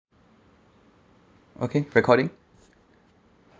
okay recording